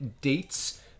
dates